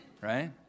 Right